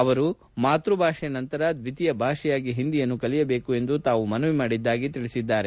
ಅವರು ಮಾತ್ವಭಾಷೆ ನಂತರ ದ್ವಿತೀಯ ಭಾಷೆಯಾಗಿ ಹಿಂದಿಯನ್ನು ಕಲಿಯಬೇಕು ಎಂದು ತಾವು ಮನವಿ ಮಾಡಿದ್ದಾಗಿ ತಿಳಿಸಿದ್ದಾರೆ